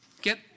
get